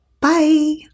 Bye